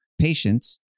patients